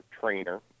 trainer